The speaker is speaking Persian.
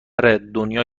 دنیا